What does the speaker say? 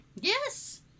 Yes